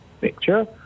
picture